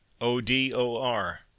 O-D-O-R